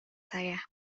saya